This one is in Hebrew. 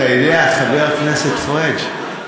אתה יודע, חבר הכנסת פריג',